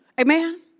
Amen